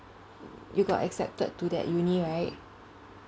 you got accepted to that uni right